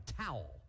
towel